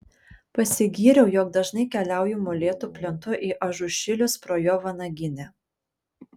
pasigyriau jog dažnai keliauju molėtų plentu į ažušilius pro jo vanaginę